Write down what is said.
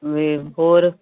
ਹੋਰ